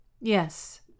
yes